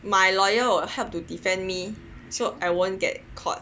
my lawyer will help to defend me so I won't get caught